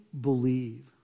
believe